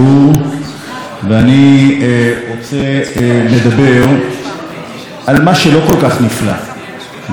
אני רוצה לדבר על מה שלא כל כך נפלא במדינה שלנו היום.